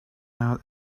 out